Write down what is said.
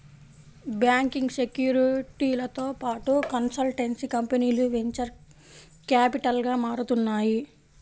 banking, సెక్యూరిటీలతో పాటు consultancy కంపెనీలు వెంచర్ క్యాపిటల్గా మారుతున్నాయి